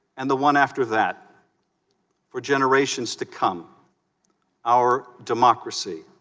and the one after that for generations to come our democracy